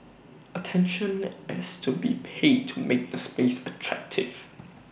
attention has to be paid to make the space attractive